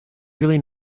really